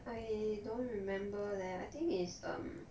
I don't remember leh I think is um